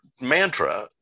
mantra